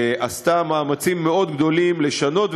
שעשתה מאמצים מאוד גדולים לשנות,